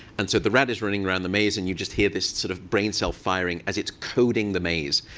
and so the rat is running around the maze, and you just hear this sort of brain cell firing as its coding the maze.